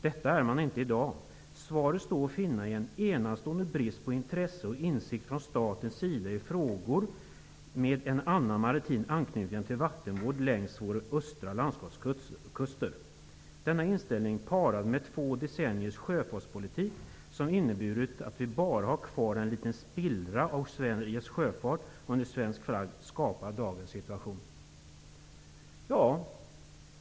Det gör Sverige inte i dag!-- ''Svaret står att finna i en enastående brist på intresse och insikt från statens sida i frågor med en annan maritim anknytning än vattenvård längs våra östra landskapskuster. Denna inställning, parad med två decenniers sjöfartpolitik, som inneburit att vi bara har kvar en liten spillra av Sveriges sjöfart under svensk flagg, skapar dagens situation.''